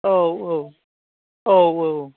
औ औ औ औ